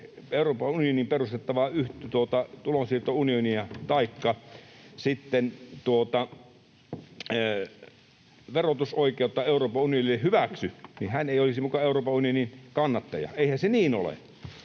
Euroopan unioniin perustettavaa tulonsiirtounionia taikka sitten verotusoikeutta Euroopan unionille hyväksy, ei olisi muka Euroopan unionin kannattaja. Eihän se niin ole.